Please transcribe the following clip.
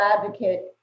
advocate